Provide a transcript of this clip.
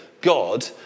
god